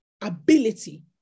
ability